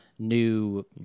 new